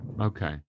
Okay